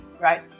right